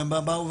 הם באו,